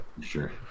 sure